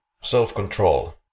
self-control